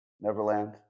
Neverland